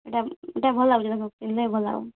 ଇ'ଟା ଇ'ଟା ଭଲ୍ ଲାଗୁଛେ ଦେଖ ପିନ୍ଧ୍ଲେ ବି ଭଲ୍ ଲାଗ୍ବା